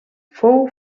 fou